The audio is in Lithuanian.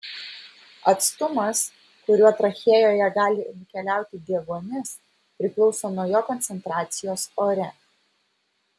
atstumas kuriuo trachėjoje gali nukeliauti deguonis priklauso nuo jo koncentracijos ore